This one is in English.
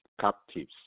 captives